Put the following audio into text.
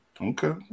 Okay